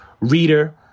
reader